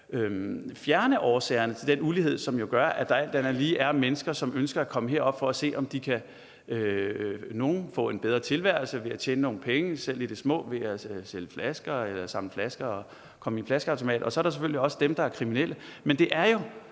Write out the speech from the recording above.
fjerne årsagerne til den ulighed, som jo gør, at der alt andet lige er mennesker, som ønsker at komme herop for at se, om de kan få en bedre tilværelse ved at tjene nogle penge, selv i det små, ved at sælge flasker eller ved at samle flasker og komme dem i flaskeautomater. Så er der selvfølgelig også dem, der er kriminelle,